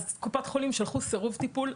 אז קופת חולים שלחו סירוב טיפול.